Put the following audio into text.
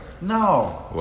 No